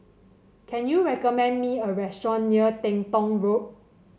can you recommend me a restaurant near Teng Tong Road